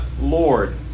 Lord